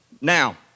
Now